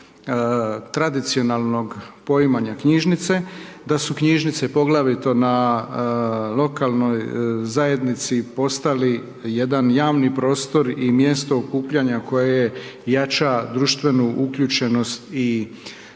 tradicionalnog poimanja knjižnice, da su knjižnice poglavito na lokalnoj zajednici postali jedan javni prostor i mjesto okupljanja koje jača društvenu uključenost i koheziju